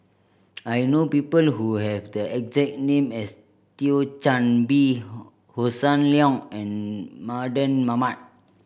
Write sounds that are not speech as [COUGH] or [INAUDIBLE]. I know people who have the exact name as Thio Chan Bee [UNINTELLIGIBLE] Hossan Leong and Mardan Mamat